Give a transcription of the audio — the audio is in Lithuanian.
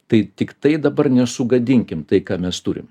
tai tiktai dabar nesugadinkim tai ką mes turim